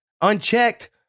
unchecked